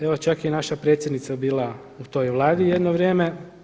Evo čak je i naša predsjednica bila u toj Vladi jedno vrijeme.